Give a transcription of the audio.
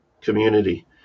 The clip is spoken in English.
community